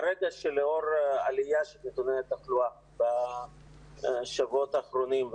לאור עליית נתוני התחלואה בשבועות האחרונים,